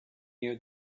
near